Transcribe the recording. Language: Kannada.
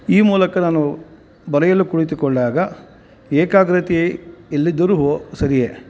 ಈ ಮೂಲಕ ನಾನು ಬರೆಯಲು ಕುಳಿತುಕೊಳ್ವಾಗ ಏಕಾಗ್ರತೆ ಎಲ್ಲಿದ್ದರೂ ಸರಿಯೇ